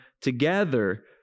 together